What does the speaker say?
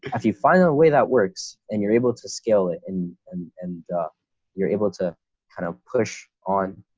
if you find a way that works, and you're able to scale it and and and you're able to kind of push on,